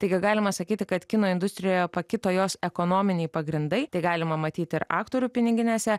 taigi galima sakyti kad kino industrijoje pakito jos ekonominiai pagrindai tai galima matyt ir aktorių piniginėse